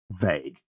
vague